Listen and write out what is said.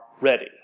ready